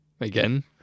Again